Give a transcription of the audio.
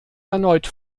erneut